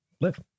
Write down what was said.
live